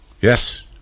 Yes